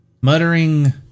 Muttering